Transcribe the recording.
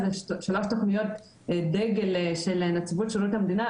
אלה שלוש תכניות דגל של נציבות שירות המדינה,